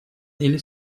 или